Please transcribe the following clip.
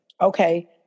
Okay